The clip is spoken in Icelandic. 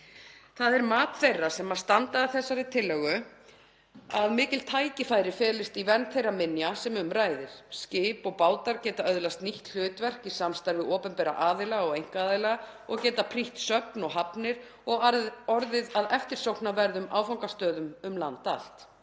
Það er mat þeirra sem standa að þessari tillögu að mikil tækifæri felist í vernd þeirra minja sem um ræðir. Skip og bátar geta öðlast nýtt hlutverk í samstarfi opinberra aðila og einkaaðila og geta prýtt söfn og hafnir og orðið að eftirsóknarverðum áfangastöðum um land allt.